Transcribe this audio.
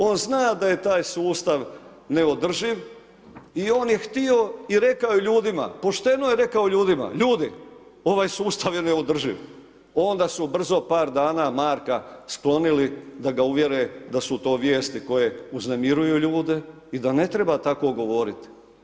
On zna da je taj sustav neodrživ i on je htio i rekao je ljudima, pošteno je rekao ljudima, ljudi, ovaj sustav je neodrživ, onda su brzo par dana Marka sklonili da ga uvjere da su to vijesti koje uznemiruju ljude i da ne treba tako govoriti.